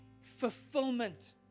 fulfillment